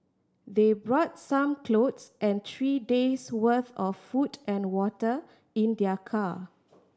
they brought some clothes and three days' worth of food and water in their car